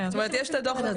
לא,